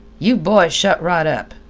you boys shut right up!